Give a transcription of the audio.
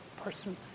person